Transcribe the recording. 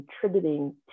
contributing